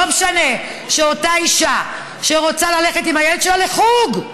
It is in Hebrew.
לא משנה שאותה אישה שרוצה ללכת עם הילד שלה לחוג,